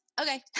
okay